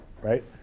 right